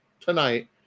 tonight